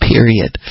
Period